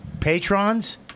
Patrons